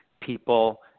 people